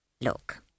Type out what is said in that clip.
Look